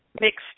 mixed